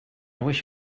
wish